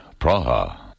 Praha